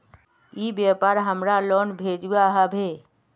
ई व्यापार हमार लोन भेजुआ हभे?